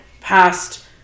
past